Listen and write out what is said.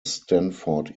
stanford